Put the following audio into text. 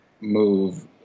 move